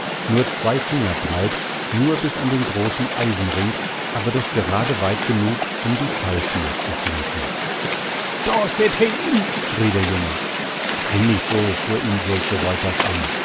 nur zwei fingerbreit nur bis an den großen eisenring aber doch gerade weit genug um die fallthür zu schließen doa sitt he in schrie der junge schrei nicht so fuhr ihn schulze woytasch an